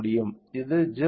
இது 0